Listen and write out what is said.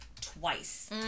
twice